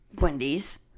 Wendy's